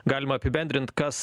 galima apibendrint kas